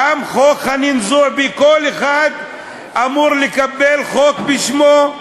גם חוק חנין זועבי, כל אחד אמור לקבל חוק בשמו.